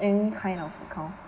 any kind of account